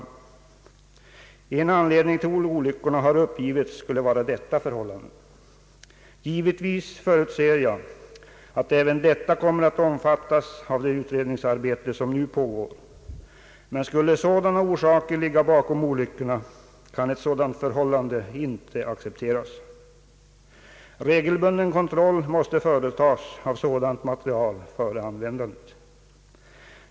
Det har uppgivits att en anledning till olyckorna skulle vara detta förhållande. Givetvis förutser jag att även detta kommer att omfattas av det utredningsarbete som nu pågår, men skulle sådana orsa ker ligga bakom olyckorna, kan detta förhållande icke accepteras. Regelbunden kontroll måste företas av sådant materiel före användandet.